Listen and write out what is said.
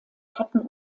hatten